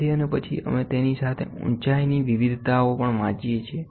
તેથી અને પછી અમે તેની સાથે ઉચાઇની વિવિધતાઓ પણ વાંચીએ છે